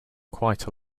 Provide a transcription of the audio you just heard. quite